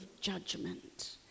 judgment